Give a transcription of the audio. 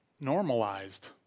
normalized